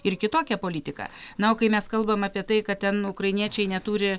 ir kitokia politika na o kai mes kalbam apie tai kad ten ukrainiečiai neturi